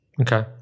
Okay